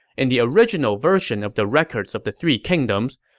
in the original version of the records of the three kingdoms,